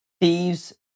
thieves